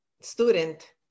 student